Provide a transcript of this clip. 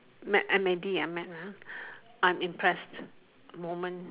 mad M A D ah mad ah unimpressed moment